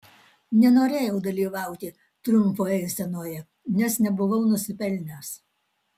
nenorėjau dalyvauti triumfo eisenoje nes nebuvau nusipelnęs